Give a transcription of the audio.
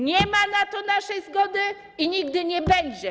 Nie ma na to naszej zgody i nigdy nie będzie.